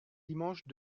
dimanche